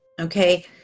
okay